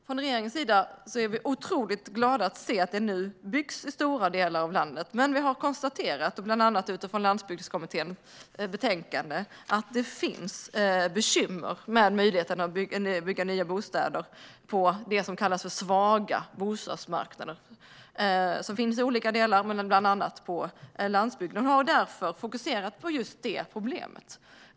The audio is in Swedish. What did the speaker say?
Från regeringens sida är vi mycket glada över att se att det nu byggs i stora delar av landet, men vi har konstaterat, bland annat utifrån Landsbygdskommitténs betänkande, att det finns bekymmer med möjligheten att bygga nya bostäder på det som kallas svaga bostadsmarknader, som finns i olika delar av landet, bland annat på landsbygden. Därför har vi fokuserat på just det problemet.